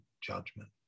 judgment